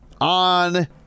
on